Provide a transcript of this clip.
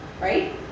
right